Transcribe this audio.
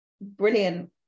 brilliant